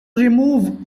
remove